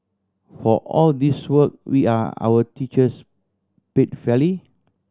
for all this work we are our teachers paid fairly